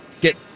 get